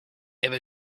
ever